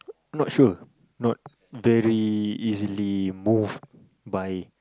not sure